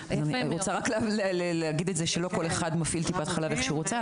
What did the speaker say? לא כל אחד מפעיל טיפת חלב איך שהוא רוצה,